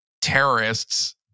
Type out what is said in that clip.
terrorists